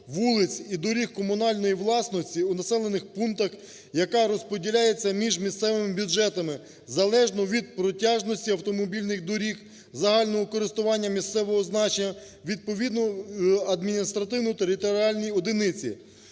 вулиць і доріг комунальної власності у населених пунктах, яка розподіляється між місцевими бюджетами, залежно від протяжності автомобільних доріг загального користування місцевого значення, відповідно адміністративно-територіальній одиниці.